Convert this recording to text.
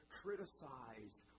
criticized